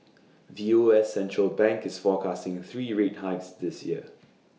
the U S central bank is forecasting three rate hikes this year